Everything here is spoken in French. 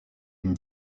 une